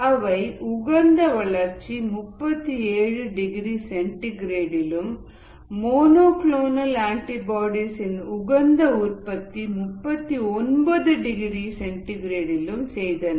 அவை உகந்த வளர்ச்சி 37 டிகிரிசென்டிகிரேட்லும் மோனோ கிளோனல் ஆன்டிபாடிஸ் இன் உகந்தஉற்பத்தி 39 டிகிரி சென்டிகிரேட்லும் செய்தன